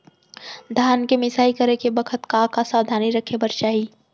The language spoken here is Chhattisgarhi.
धान के मिसाई करे के बखत का का सावधानी रखें बर चाही?